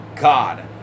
God